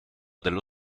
dello